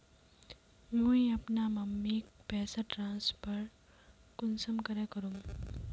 मुई अपना मम्मीक पैसा ट्रांसफर कुंसम करे करूम?